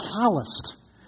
calloused